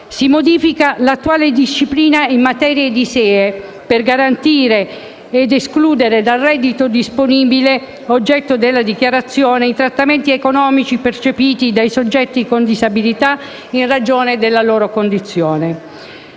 Si modifica l'attuale disciplina in materia di ISEE per garantire e escludere dal reddito disponibile, oggetto della dichiarazione, i trattamenti economici percepiti dai soggetti con disabilità in ragione della loro condizione.